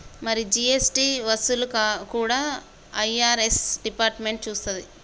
మరి జీ.ఎస్.టి వసూళ్లు కూడా ఐ.ఆర్.ఎస్ డిపార్ట్మెంట్ సూత్తది